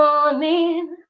Morning